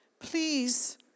please